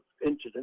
incidents